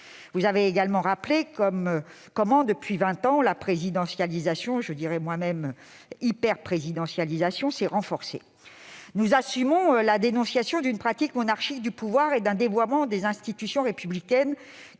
Vous avez également rappelé comment, depuis vingt ans, la présidentialisation- je dirai même l'hyperprésidentialisation -s'est accrue. Nous assumons la dénonciation d'une pratique monarchique du pouvoir et d'un dévoiement des institutions républicaines